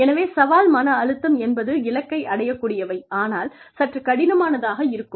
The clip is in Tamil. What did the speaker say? எனவே சவால் மன அழுத்தம் என்பது இலக்கை அடையக்கூடியவை ஆனால் சற்று கடினமானதாக இருக்கும்